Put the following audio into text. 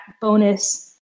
bonus